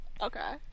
okay